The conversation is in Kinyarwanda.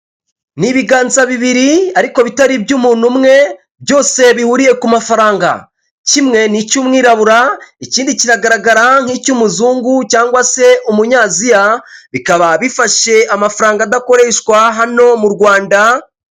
Ni ibiganza bibiri, ariko bitari iby'umuntu umwe, byose bihuriye ku mafaranga. Kimwe ni icy'umwirabura, ikindi kigaragara nk'icy'umuzungu cyangwa se umunyaziya, bikaba bifashe amafaranga adakoreshwa hano mu Rwanda.